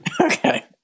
Okay